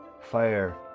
Fire